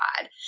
God